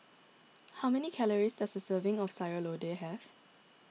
how many calories does a serving of Sayur Lodeh have